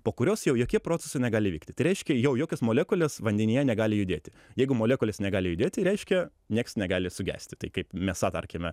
po kurios jau jokie procesai negali vykti tai reiškia jau jokios molekulės vandenyje negali judėti jeigu molekulės negali judėti reiškia nieks negali sugesti tai kaip mėsa tarkime